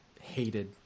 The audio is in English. hated